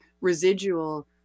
residual